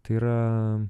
tai yra